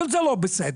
וזה לא בסדר.